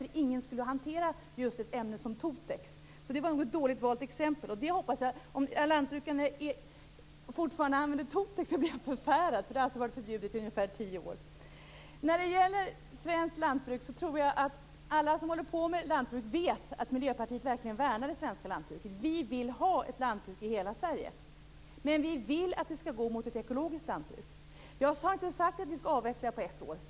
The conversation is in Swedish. Ingen skulle behöva hantera ett ämne som Totex. Det var alltså ett dåligt valt exempel. Om lantbrukarna fortfarande använder Totex blir jag förfärad, eftersom det alltså har varit förbjudet i ungefär tio år. Jag tror att alla som håller på med lantbruk i Sverige vet att Miljöpartiet verkligen värnar om det svenska lantbruket. Vi vill ha ett lantbruk i hela Sverige, men vi vill att det skall gå mot ett ekologiskt lantbruk. Jag har inte sagt att vi skall avveckla det på ett år.